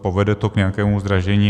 Povede to k nějakému zdražení?